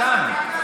אוסאמה, סתם.